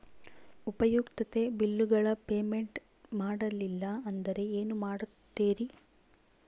ಉಪಯುಕ್ತತೆ ಬಿಲ್ಲುಗಳ ಪೇಮೆಂಟ್ ಮಾಡಲಿಲ್ಲ ಅಂದರೆ ಏನು ಮಾಡುತ್ತೇರಿ?